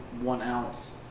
one-ounce